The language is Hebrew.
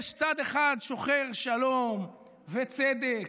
יש צד אחד שוחר שלום וצדק,